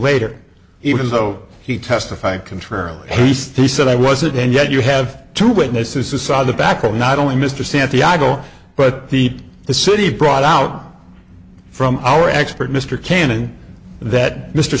later even though he testified contrary hastie said i wasn't and yet you have two witnesses who saw the back of not only mr santiago but heat the city brought out from our expert mr cannon that mr